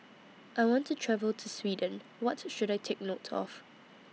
I want to travel to Sweden What should I Take note of